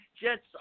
Jets